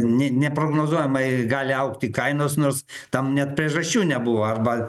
ne neprognozuojamai gali augti kainos nors tam net priežasčių nebuvo arba